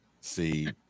see